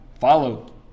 Follow